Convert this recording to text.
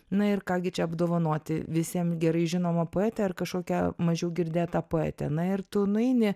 na ir ką gi čia apdovanoti visiem gerai žinomą poetę ar kažkokią mažiau girdėtą poetę na ir tu nueini